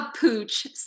pooch